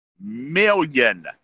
million